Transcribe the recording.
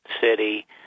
City